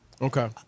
Okay